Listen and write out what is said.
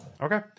okay